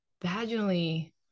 vaginally